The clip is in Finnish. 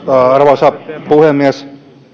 arvoisa puhemies